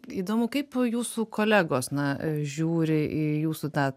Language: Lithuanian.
įdomu kaip jūsų kolegos na žiūri į jūsų tą